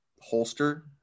holster